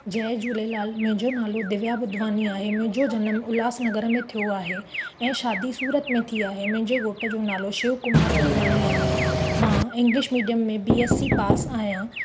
जय झूलेलाल मुंहिंजो नालो दिव्या बुधवानी आहे मुंहिंजो जनमु उल्हास नगर में थियो आहे ऐं शादी सूरत में थी आहे मुंहिंजे घोट जो नालो शिव कुमार बुधवानी आहे मां इंग्लिश मीडियम में बी एस सी पास आहियां